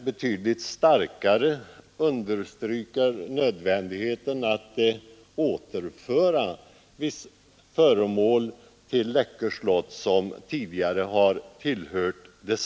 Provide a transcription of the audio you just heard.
Betydligt starkare underströk han nödvändigheten av att till Läckö slott återföra föremål som tidigare tillhört slottet.